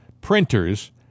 printers